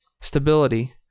Stability